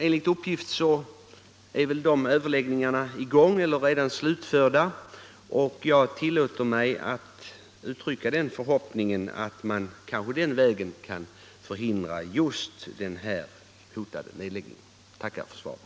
Enligt uppgift är de överläggningarna i gång eller redan slutförda, och jag vill uttrycka den förhoppningen att man den vägen skall kunna förhindra just den här hotande nedläggningen. Jag tackar än en gång för svaret.